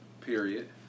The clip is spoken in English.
period